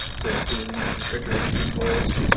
to clean refrigeration coils,